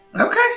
Okay